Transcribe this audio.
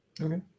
Okay